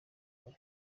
kure